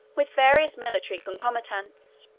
with various military concomitants.